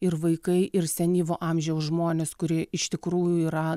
ir vaikai ir senyvo amžiaus žmonės kurie iš tikrųjų yra